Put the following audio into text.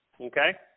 Okay